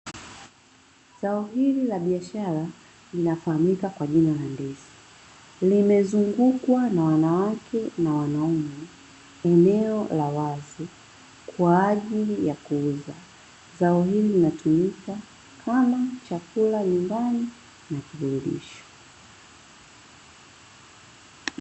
Zao hili la biashara linafahamika kwa jina la ndizi. Limezungukwa na wanawake na wanaume eneo la wazi kwa ajili ya kuuza. Zao hili linatumika kama chakula nyumbani na tibalishe.